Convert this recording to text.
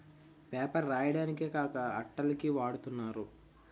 paper రాయడానికే కాక అట్టల కి వాడతన్నారు